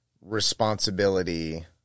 responsibility